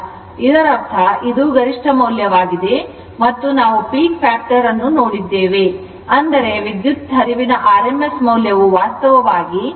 ಇದರರ್ಥ ಇದು ಗರಿಷ್ಠ ಮೌಲ್ಯವಾಗಿದೆ ಮತ್ತು ನಾವು peak factor ಅನ್ನು ನೋಡಿದ್ದೇವೆ ಅಂದರೆ ವಿದ್ಯುತ್ ಹರಿವಿನ rms ಮೌಲ್ಯವು ವಾಸ್ತವವಾಗಿ 5 √2 ಆಂಪಿಯರ್ ಆಗಿರುತ್ತದೆ